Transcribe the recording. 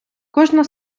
кожна